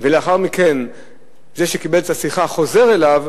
ולאחר מכן זה שקיבל את השיחה חוזר אליו,